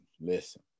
listen